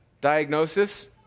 diagnosis